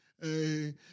Hey